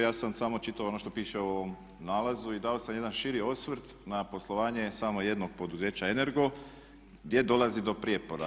Ja sam samo čitao ono što piše u ovom nalazu i dao sam jedan širi osvrt na poslovanje samo jednog poduzeća Energo gdje dolazi do prijepora.